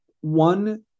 One